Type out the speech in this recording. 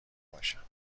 باشم